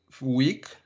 week